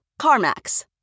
CarMax